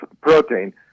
protein